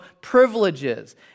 privileges